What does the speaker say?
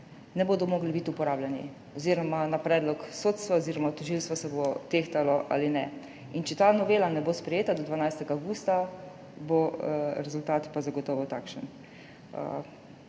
ne bodo mogli biti uporabljeni na predlog sodstva oziroma bo tožilstvo tehtalo, ali ne. Če ta novela ne bo sprejeta do 12. avgusta, bo rezultat pa zagotovo takšen.